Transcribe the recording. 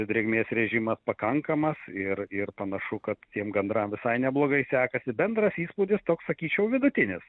drėgmės režimas pakankamas ir ir panašu kad tiem gandram visai neblogai sekasi bendras įspūdis toks sakyčiau vidutinis